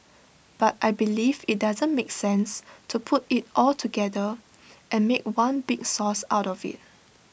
but I believe IT doesn't make sense to put IT all together and make one big sauce out of IT